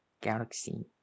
Galaxy